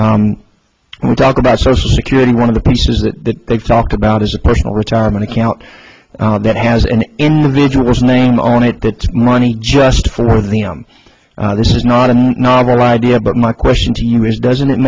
we talk about social security one of the pieces that they've talked about is a personal retirement account that has an individual's name on it that money just for the um this is not a novel idea but my question to you is doesn't it